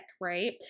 right